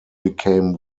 became